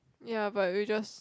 ya but you just